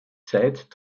zeit